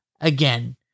again